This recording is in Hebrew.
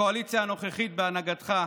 הקואליציה הנוכחית בהנהגתך,